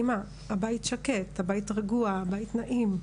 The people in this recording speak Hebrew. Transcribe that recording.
אמא, הבית שקט, הבית רגוע, הבית נעים,